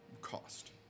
cost